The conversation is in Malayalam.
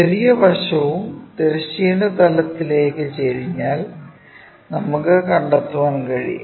ചെറിയ വശവും തിരശ്ചീന തലത്തിലേക്ക് ചെരിഞ്ഞാൽ നമുക്ക് കണ്ടെത്താൻ കഴിയും